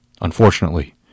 unfortunately